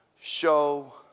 Show